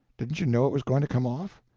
didn't you know it was going to come off?